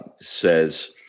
says